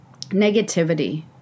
Negativity